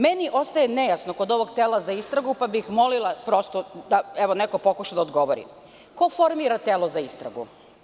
Meni ostaje nejasno kod ovog tela za istragu, pa bih molila prosto, da neko pokuša da odgovori - ko formira telo za istragu?